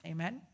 Amen